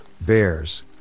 bears